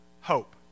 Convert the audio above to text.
hope